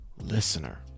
listener